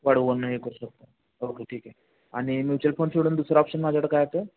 वाढवणं हे करू शकतो ओके ठीक आहे आणि म्युचल फंड फोडून दुसरं ऑप्शन माझ्याकडं काय आहे तर